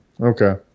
Okay